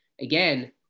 again